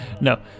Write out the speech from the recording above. no